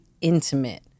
intimate